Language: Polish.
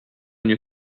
nie